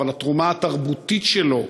אבל התרומה התרבותית שלו,